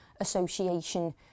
Association